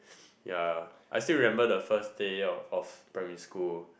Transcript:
ya I still remember the first day of primary school